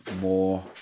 more